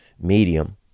medium